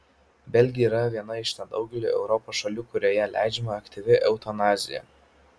belgija yra viena iš nedaugelio europos šalių kurioje leidžiama aktyvi eutanazija